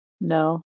No